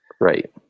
Right